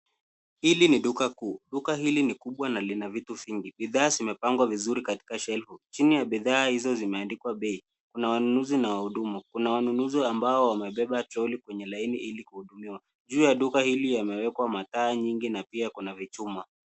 Hili ni duka kuu duka hili lina vitu vingi bidhaa zimepangwa vizuri katika shelf (cs) chini ya bidhaa hizo zimeandikwa bei, kuna wanunuzi na wahudumu. Kuna wanunuzi ambao wamebeba troli kwenye laini ili kuuziwa, juu ya duka hili yamewekwa mataa nyingi na pia kuna vichuma.